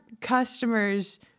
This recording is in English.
customers